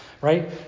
right